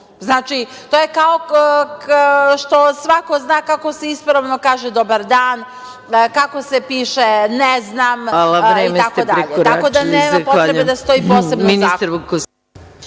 poznaje? To je kao što svako zna kako se ispravno kaže dobar dan, kako se piše ne znam itd, tako da nema potrebe da stoji posebno u